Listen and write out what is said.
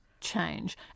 change